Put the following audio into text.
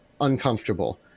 uncomfortable